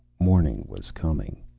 morning was coming.